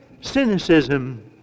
cynicism